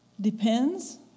depends